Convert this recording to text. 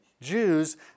Jews